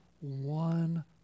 one